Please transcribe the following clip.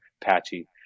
Patchy